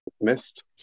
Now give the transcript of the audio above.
Missed